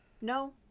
No